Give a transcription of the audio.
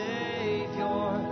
Savior